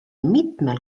mitmel